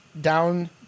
down